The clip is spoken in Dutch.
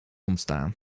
ontstaan